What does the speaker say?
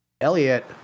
Elliot